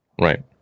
Right